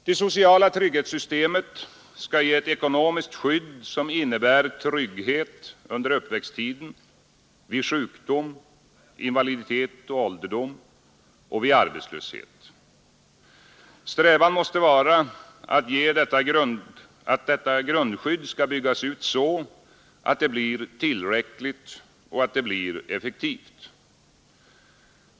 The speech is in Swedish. Det sociala trygghetssystemet skall ge ett ekonomiskt skydd som innebär trygghet under uppväxttiden, vid sjukdom, invaliditet och ålderdom och vid arbetslöshet. Strävan måste vara att detta grundskydd skall byggas ut så att det blir tillräckligt och effektivt.